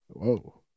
whoa